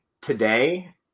Today